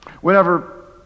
Whenever